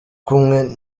kumwe